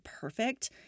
perfect